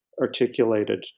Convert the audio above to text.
articulated